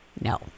No